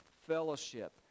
fellowship